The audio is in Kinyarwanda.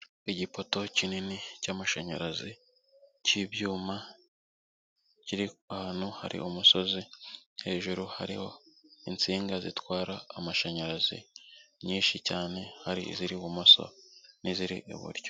Igipoto kinini cy'amashanyarazi cy'ibyuma kiri ahantu hari umusozi, hejuru hariho insinga zitwara amashanyarazi nyinshi cyane, hari iziri ibumoso n'iziri iburyo.